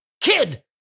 kid